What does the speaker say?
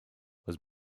was